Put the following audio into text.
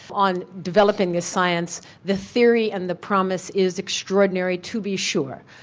on developing this science the theory and the promise is extraordinary to be sure.